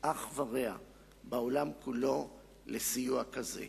אח ורע בעולם כולו לסיוע כזה.